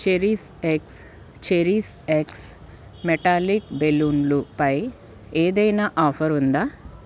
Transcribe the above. cherries eggs cherries eggs metallic బెలూన్లుపై ఏదైనా offer ఉందా